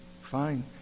fine